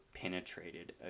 Penetrated